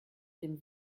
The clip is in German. dem